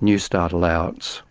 newstart allowance.